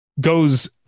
goes